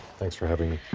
thanks for having me.